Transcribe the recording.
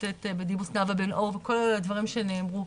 השופטת בדימוס, נאווה בן אור וכל הדברים שנאמרו.